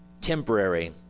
temporary